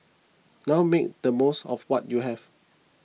now make the most of what you have